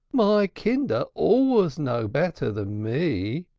my kinder always know better than me.